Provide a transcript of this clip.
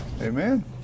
Amen